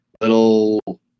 little